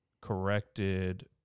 corrected